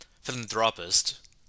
philanthropist